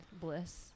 Bliss